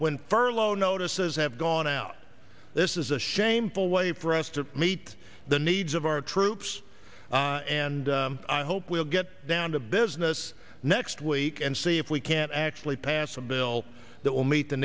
when furlough notices have gone out this is a shameful way for us to meet the needs of our troops and i hope we'll get down to business next week and see if we can actually pass a bill that will meet the